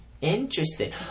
Interesting